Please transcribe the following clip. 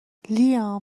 لیام